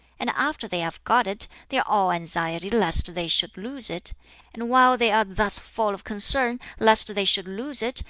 and after they have got it they are all anxiety lest they should lose it and while they are thus full of concern lest they should lose it,